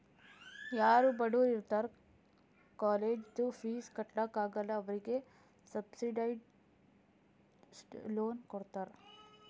ಯಾರೂ ಬಡುರ್ ಇರ್ತಾರ ಕಾಲೇಜ್ದು ಫೀಸ್ ಕಟ್ಲಾಕ್ ಆಗಲ್ಲ ಅವ್ರಿಗೆ ಸಬ್ಸಿಡೈಸ್ಡ್ ಲೋನ್ ಕೊಡ್ತಾರ್